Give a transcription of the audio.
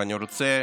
ואני רוצה